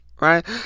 Right